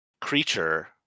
creature